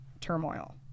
turmoil